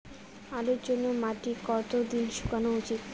আলুর জন্যে মাটি কতো দিন শুকনো উচিৎ?